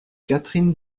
catherine